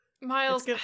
Miles